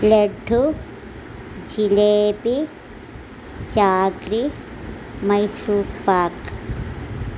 laddu jalebi Mysore pak